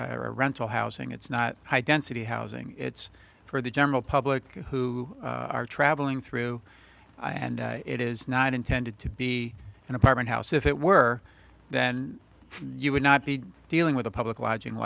a rental housing it's not high density housing it's for the general public who are travelling through and it is not intended to be an apartment house if it were then you would not be dealing with a public